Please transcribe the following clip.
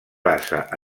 basa